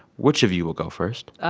which of you will go first?